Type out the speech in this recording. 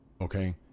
Okay